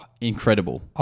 Incredible